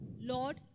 Lord